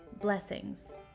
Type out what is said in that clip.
blessings